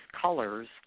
colors